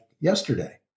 yesterday